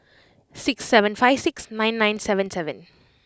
six seven five six nine nine seven seven